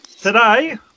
today